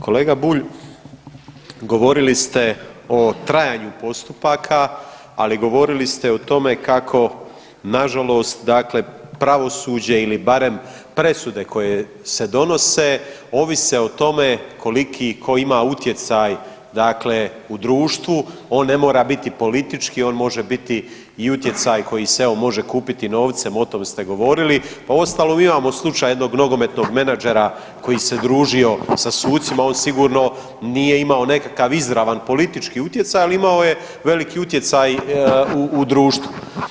Kolega Bulj, govorili ste o trajanju postupaka, ali govorili ste o tome kako nažalost dakle pravosuđe ili barem presude koje se donose, ovise o tome koliki ko ima utjecaj dakle u društvu, on ne mora biti politički, on može biti i utjecaj i koji se evo može kupiti novcem, o tom ste govorili, pa uostalom imamo slučaj jednog nogometnog menadžera koji se družio sa sucima, on sigurno nije imao nekakav izravan politički utjecaj, ali imao je veliki utjecaj u društvu.